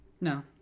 No